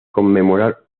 conmemorar